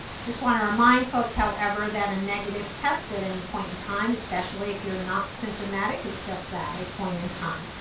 just wanna remind folks, however, that a negative test at any point in time, especially if you're not symptomatic, is just that, a point in time.